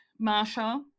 Marsha